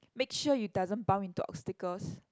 make sure you doesn't bump into obstacles